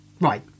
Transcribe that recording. Right